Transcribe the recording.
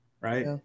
right